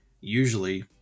usually